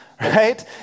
right